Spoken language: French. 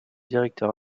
directeur